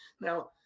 Now